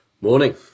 Morning